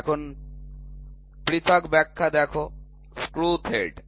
এখন পৃথক ব্যাখ্যা দেখ স্ক্রু থ্রেড